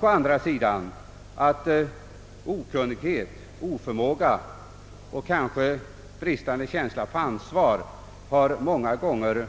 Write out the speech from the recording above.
Å andra sidan leder okunnighet, oförmåga och bristande ansvarskänsla många gånger